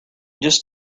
just